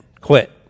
quit